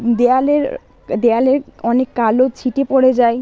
দেওয়ালের দেওয়ালের অনেক কালো ছিটে পড়ে যায়